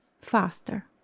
faster